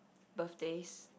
birthdays